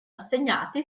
assegnati